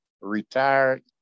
retired